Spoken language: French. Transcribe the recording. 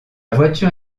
voiture